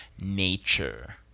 nature